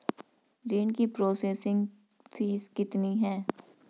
ऋण की processing fee कितनी है?